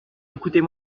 écoutez